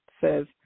says